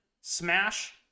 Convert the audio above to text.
Smash